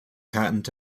patent